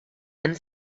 and